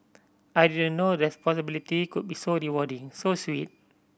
I didn't know responsibility could be so rewarding so sweet